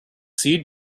succeed